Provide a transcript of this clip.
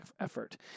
effort